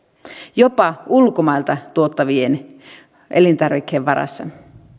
jopa ulkomailta tuotavien elintarvikkeiden varassa